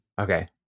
Okay